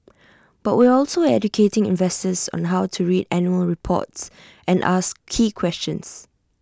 but we're also educating investors on how to read annual reports and ask key questions